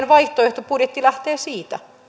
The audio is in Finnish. vaihtoehtobudjetti lähtee siitä